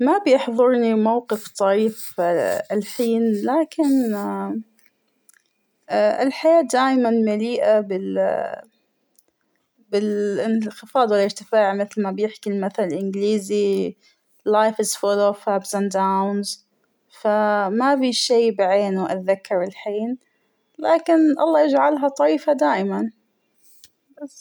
ما بيحضرنى موقف طريف الحين ، لكن ااام- الحياة دايماً مليئة بال - بالإنخفاض والإرتفاع مثل ما بيحكى المثل الإنجليزى لايف اذ فول اوف أبس أند داونز ، فا مأبى شى بعينه أتذكره الحين ، لكن الله يجعلها طريفة دائماً بس.